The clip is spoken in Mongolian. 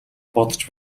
бодож